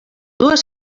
dues